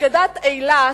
אגדת אילת,